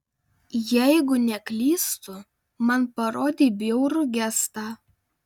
jeigu neklystu man parodei bjaurų gestą